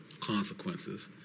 consequences